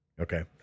Okay